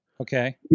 Okay